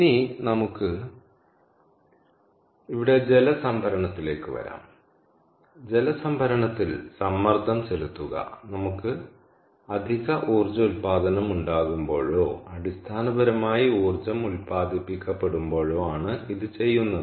ഇനി നമുക്ക് ഇവിടെ ജല സംഭരണത്തിലേക്ക് വരാം ജല സംഭരണത്തിൽ സമ്മർദ്ദം ചെലുത്തുക നമുക്ക് അധിക ഊർജ്ജ ഉൽപ്പാദനം ഉണ്ടാകുമ്പോഴോ അടിസ്ഥാനപരമായി ഊർജം ഉൽപ്പാദിപ്പിക്കപ്പെടുമ്പോഴോ ആണ് ഇത് ചെയ്യുന്നത്